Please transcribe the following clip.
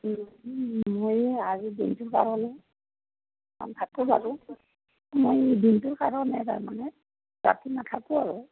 আজিৰ দিনটোৰ কাৰণে মই দিনটোৰ কাৰণে তাৰমানে ৰাতি নাথাকো আৰু